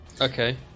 okay